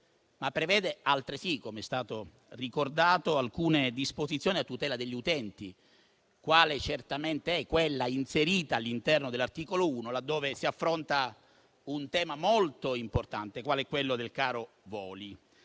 Ma prevede altresì - come è stato ricordato - alcune disposizioni a tutela degli utenti, quale certamente quella inserita all'interno dell'articolo 1, laddove si affronta un tema molto importante quale quello del caro voli.